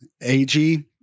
AG